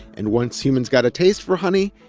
and once humans got a taste for honey,